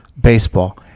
baseball